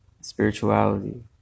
spirituality